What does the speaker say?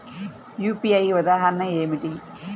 UPI ఉదాహరణ ఏమిటి?